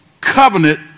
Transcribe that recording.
covenant